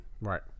right